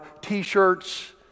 t-shirts